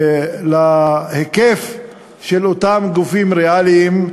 להיקף של אותם גופים ריאליים,